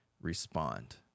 respond